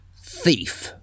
Thief